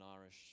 Irish